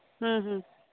ᱦᱮᱸ ᱦᱮᱸ